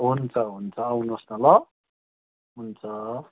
हुन्छ हुन्छ आउनुहोस् न ल हुन्छ